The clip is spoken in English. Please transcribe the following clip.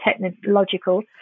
technological